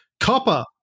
copper